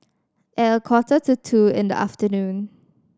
at a quarter to two in the afternoon